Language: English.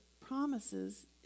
promises